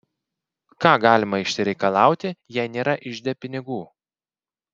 ką galima išsireikalauti jei nėra ižde pinigų